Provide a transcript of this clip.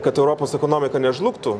kad europos ekonomika nežlugtų